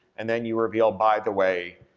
and then you reveal, by the way,